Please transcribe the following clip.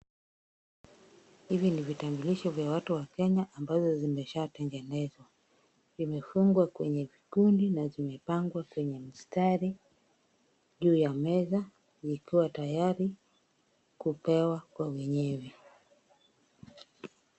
Hivi ni vitambulisho vya watu wa Kenya ambazo zimeshatengenezwa. Vimefungwa kwenye vikundi na zimepangwa kwenye mstari, juu ya meza zikiwa tayari kupewa kwa wenyewe.